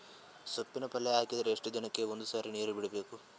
ಸೊಪ್ಪಿನ ಪಲ್ಯ ಹಾಕಿದರ ಎಷ್ಟು ದಿನಕ್ಕ ಒಂದ್ಸರಿ ನೀರು ಬಿಡಬೇಕು?